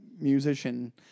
musician